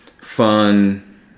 Fun